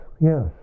Yes